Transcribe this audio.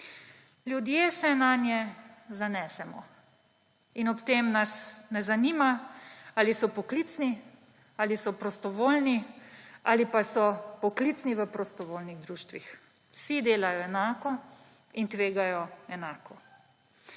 Ljudje se nanje zanesemo in ob tem nas ne zanima, ali so poklicni, ali so prostovoljni, ali pa so poklicni v prostovoljnih društvih. Vsi delajo enako in tvegajo enako.